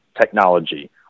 technology